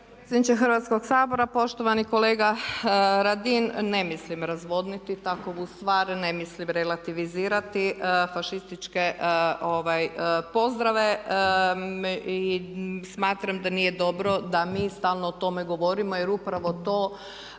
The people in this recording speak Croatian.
Hrvatskog sabora. Poštovani kolega Radin, ne mislim razvodniti, takvu stvar ne mislim relativizirati, fašističke pozdrave i smatram da nije dobro da mi stalno o tome govorimo jer upravo to